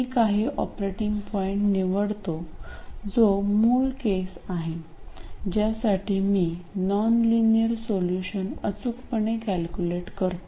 मी काही operating point निवडतो जो मूळ केस आहे ज्यासाठी मी नॉनलिनियर सोल्यूशन अचूकपणे कॅल्क्युलेट करतो